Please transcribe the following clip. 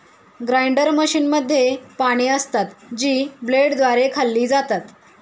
grinder मशीनमध्ये पाने असतात, जी ब्लेडद्वारे खाल्ली जातात